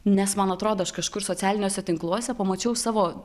nes man atrodo aš kažkur socialiniuose tinkluose pamačiau savo